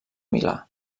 milà